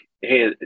hey